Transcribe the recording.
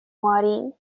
مارین